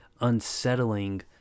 unsettling